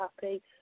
happy